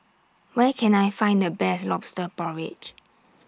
Where Can I Find The Best Lobster Porridge